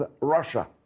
Russia